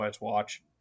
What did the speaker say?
watch